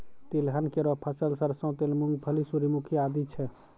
तिलहन केरो फसल सरसों तेल, मूंगफली, सूर्यमुखी आदि छै